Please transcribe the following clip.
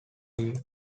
leave